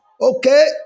Okay